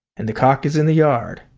and the cock is in the yard.